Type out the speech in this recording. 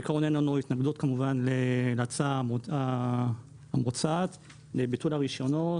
בעיקרון אין לנו התנגדות להצעה המוצעת לביטול הרישיונות.